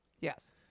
yes